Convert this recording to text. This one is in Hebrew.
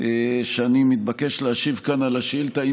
שאני מתבקש להשיב כאן על השאילתה,